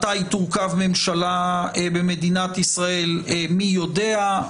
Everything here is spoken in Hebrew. מתי תורכב ממשלה במדינת ישראל מי יודע,